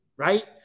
right